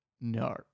no